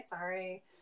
sorry